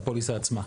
הפוליסה עצמה.